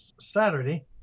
Saturday